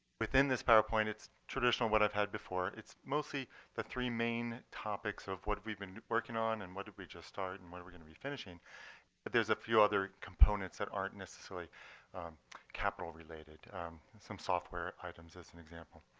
within this powerpoint, it's traditional what i've had before. it's mostly the three main topics of what we've been working on and what did we just start and where are we going to be finishing. but there's a few other components that aren't necessarily capital related some software items as an example.